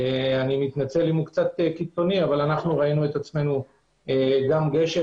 אנו ראינו עצמנו גשר.